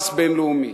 כעס בין-לאומי,